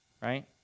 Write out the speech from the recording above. right